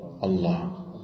Allah